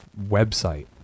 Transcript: website